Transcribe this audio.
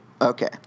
Okay